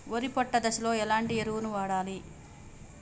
వరి పొట్ట దశలో ఎలాంటి ఎరువును వాడాలి?